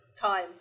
time